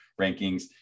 rankings